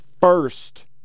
first